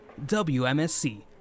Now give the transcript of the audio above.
WMSC